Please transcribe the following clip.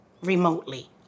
remotely